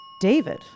David